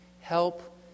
Help